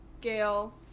Gail